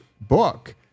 book